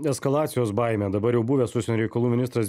eskalacijos baimė dabar jau buvęs užsienio reikalų ministras